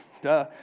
duh